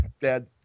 dad